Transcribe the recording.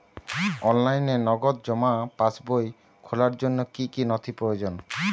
অনলাইনে নগদ জমা পাসবই খোলার জন্য কী কী নথি প্রয়োজন?